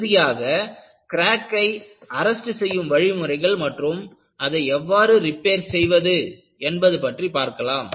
இறுதியாக கிராக்கை அரெஸ்ட் செய்யும் வழிமுறைகள் மற்றும் அதை எவ்வாறு ரிப்பேர் செய்வது என்பது பற்றி பார்க்கலாம்